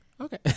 Okay